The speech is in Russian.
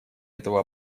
этого